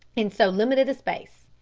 in so limited a space.